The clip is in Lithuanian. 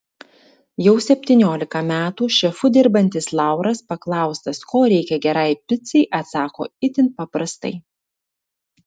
jau septyniolika metų šefu dirbantis lauras paklaustas ko reikia gerai picai atsako itin paprastai